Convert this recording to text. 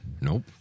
Nope